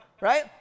Right